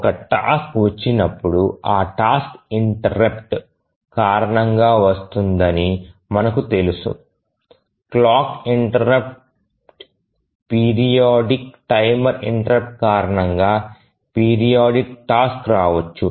ఒక టాస్క్ వచ్చినప్పుడు ఆ టాస్క్ ఇంటెర్రుప్ట్ కారణంగా వస్తుందని మనకు తెలుసు clock interrupt periodic timer interrupt కారణంగా పిరియాడిక్ టాస్క్ రావచ్చు